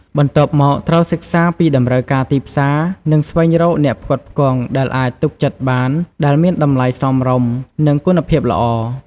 បន្ទាប់មក ត្រូវសិក្សាពីតម្រូវការទីផ្សារ និងស្វែងរកអ្នកផ្គត់ផ្គង់ដែលអាចទុកចិត្តបាន ដែលមានតម្លៃសមរម្យ និងគុណភាពល្អ។